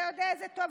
אתה יודע את זה טוב.